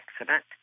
accident